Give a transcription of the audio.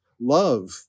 love